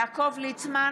יעקב ליצמן,